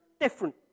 different